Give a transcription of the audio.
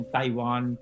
Taiwan